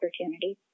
opportunities